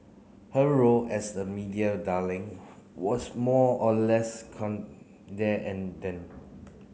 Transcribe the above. her role as the media darling was more or less there and then